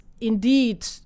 indeed